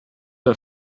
der